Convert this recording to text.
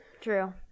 True